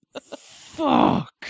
Fuck